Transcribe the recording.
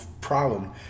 problem